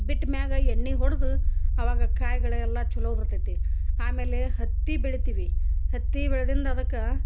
ಬಿಟ್ಮ್ಯಾಗ ಎಣ್ಣೆ ಹೊಡೆದು ಅವಾಗ ಕಾಯಿಗಳೆಲ್ಲ ಚಲೋ ಬರ್ತೈತಿ ಆಮೇಲೆ ಹತ್ತಿ ಬೆಳಿತೀವಿ ಹತ್ತಿ ಬೆಳ್ದಿಂದ ಅದಕ್ಕೆ